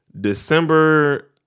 December